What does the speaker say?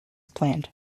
planned